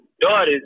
daughters